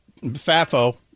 Fafo